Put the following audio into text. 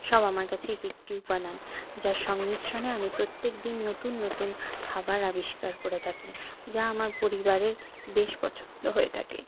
সব আমার কাছে এক একটি উপাদান যার সংমিশ্রণে আমি প্রত্যেকদিন নতুন নতুন খাবার আবিষ্কার করে থাকি যা আমার পরিবারের বেশ পছন্দ হয়ে থাকে